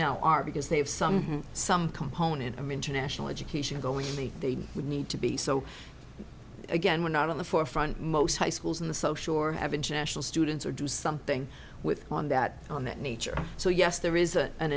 now are because they have some some component of international education going in the they would need to be so again we're not in the forefront most high schools in the so sure have international students or do something with on that on that nature so yes there is a an